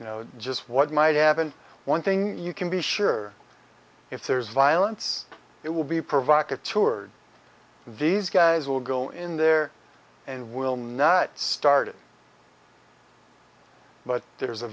you know just what might have been one thing you can be sure if there's violence it will be provocative words these guys will go in there and will not start it but there's a